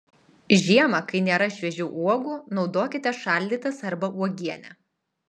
žiemą kai nėra šviežių uogų naudokite šaldytas arba uogienę